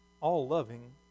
all-loving